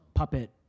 puppet